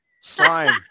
slime